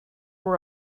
were